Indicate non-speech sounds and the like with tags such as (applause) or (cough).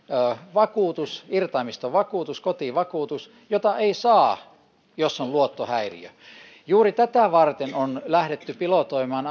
vakuutus irtaimiston vakuutus kotivakuutus jota ei saa jos on luottohäiriö juuri tätä varten on lähdetty pilotoimaan (unintelligible)